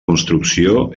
construcció